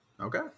Okay